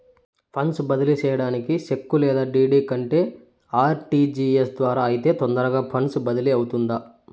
funds బదిలీ సేయడానికి cheque లేదా డీ.డీ కంటే ఆర్.టి.జి.ఎస్ ద్వారా అయితే తొందరగా ఫండ్స్ బదిలీ అవుతుందా